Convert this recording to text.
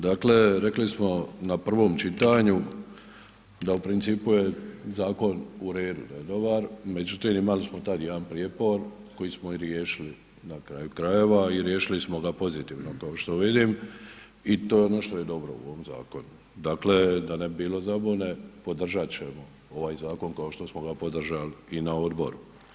Dakle rekli smo na prvom čitanju da u principu je zakon u redu, da je dobar, međutim imali smo tad jedan prijepor koji smo riješili na kraju krajeva i riješili smo ga pozitivno kao što vidim i to je ono što je dobro u ovom zakonu, dakle, da ne bi bilo zabune, podržat ćemo ovaj zakon kao što ga podržali i na odboru.